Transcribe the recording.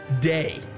day